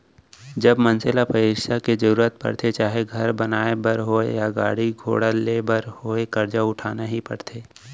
जब मनसे ल पइसा के जरुरत परथे चाहे घर बनाए बर होवय या गाड़ी घोड़ा लेय बर होवय करजा उठाना ही परथे